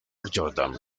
jordan